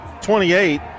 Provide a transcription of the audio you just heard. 28